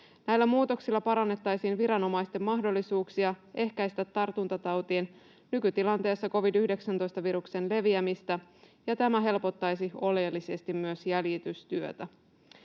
Näillä muutoksilla parannettaisiin viranomaisten mahdollisuuksia ehkäistä tartuntatautien — nykytilanteessa covid-19-viruksen — leviämistä, ja tämä helpottaisi oleellisesti myös jäljitystyötä.